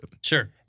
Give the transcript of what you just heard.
Sure